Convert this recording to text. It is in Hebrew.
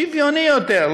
שוויוני יותר,